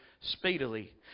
speedily